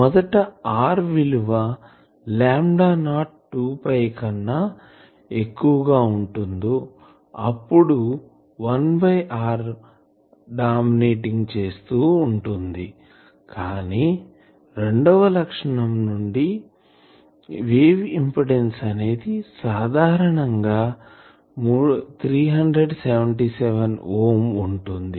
మొదట r విలువ lambda naught 2 కన్నా ఎక్కువగా ఉంటుందో అప్పుడు 1r డామినేటింగ్ గా ఉంటుంది కానీ రెండవ లక్షణం నుండి వేవ్ ఇంపిడెన్సు అనేది సాధారణంగా 377 ఓం ఉంటుంది